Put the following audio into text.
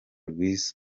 rwiza